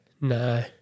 No